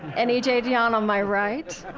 and e j. dionne on my right.